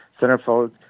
centerfold